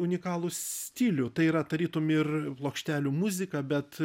unikalų stilių tai yra tarytum ir plokštelių muzika bet